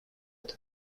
это